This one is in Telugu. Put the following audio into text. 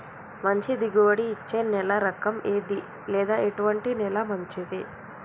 మంచి దిగుబడి ఇచ్చే నేల రకం ఏది లేదా ఎటువంటి నేల మంచిది?